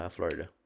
Florida